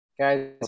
Guys